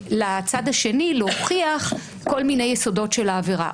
לצד השני להוכיח כל מיני יסודות של העבירה,